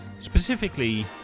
Specifically